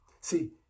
See